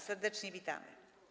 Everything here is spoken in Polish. Serdecznie witamy.